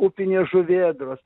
upinės žuvėdros